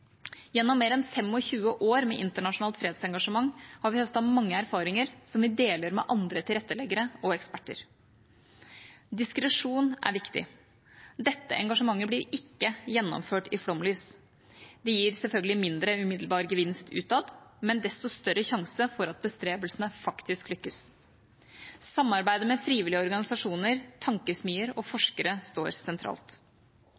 Gjennom mer enn 25 år med internasjonalt fredsengasjement har vi høstet mange erfaringer som vi deler med andre tilretteleggere og eksperter. Diskresjon er viktig. Dette engasjementet blir ikke gjennomført i flomlys. Det gir selvfølgelig mindre umiddelbar gevinst utad, men desto større sjanse for at bestrebelsene faktisk lykkes. Samarbeidet med frivillige organisasjoner, tankesmier og